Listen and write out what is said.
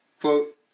quote